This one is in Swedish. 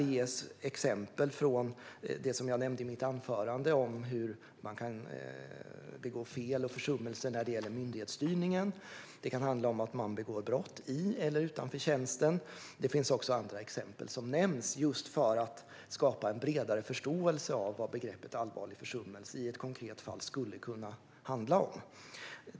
Det ges exempel, som jag nämnde i mitt anförande, på hur man kan begå fel och försummelser när det gäller myndighetsstyrningen. Det kan även handla om att man begår brott i eller utanför tjänsten. Det finns också andra exempel som nämns, just för att skapa en bredare förståelse av vad begreppet "allvarlig försummelse" i ett konkret fall skulle kunna handla om.